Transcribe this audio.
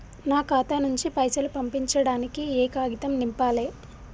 నా ఖాతా నుంచి పైసలు పంపించడానికి ఏ కాగితం నింపాలే?